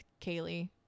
Kaylee